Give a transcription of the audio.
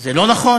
זה לא נכון?